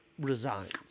resigns